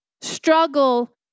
struggle